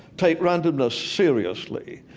take randomness seriously.